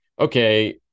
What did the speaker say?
okay